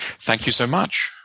thank you so much.